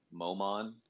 Momon